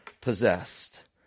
possessed